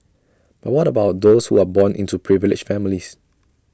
but what about those who are born into privileged families